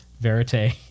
verite